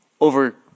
over